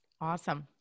awesome